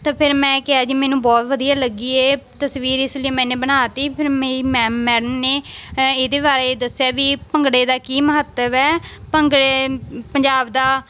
ਤਾਂ ਫਿਰ ਮੈਂ ਕਿਹਾ ਜੀ ਮੈਨੂੰ ਬਹੁਤ ਵਧੀਆ ਲੱਗੀ ਇਹ ਤਸਵੀਰ ਇਸ ਲਈ ਮੈਨੇ ਇਹ ਬਣਾ ਦਿੱਤੀ ਫਿਰ ਮੇਰੀ ਮੈਮ ਮੈਡਮ ਨੇ ਇਹਦੇ ਬਾਰੇ ਦੱਸਿਆ ਵੀ ਭੰਗੜੇ ਦਾ ਕੀ ਮਹੱਤਵ ਹੈ ਭੰਗੜੇ ਪੰਜਾਬ ਦਾ